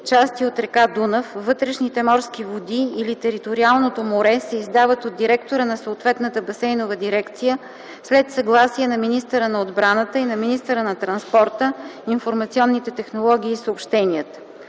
части от река Дунав, вътрешните морски води или териториалното море, се издават от директора на съответната басейнова дирекция след съгласие на министъра на отбраната и на министъра на транспорта, информационните технологии и съобщенията.